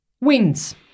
Wins